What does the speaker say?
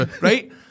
Right